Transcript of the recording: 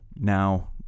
Now